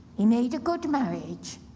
he made a good marriage.